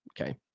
okay